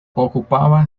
ocupaba